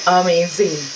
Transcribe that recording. amazing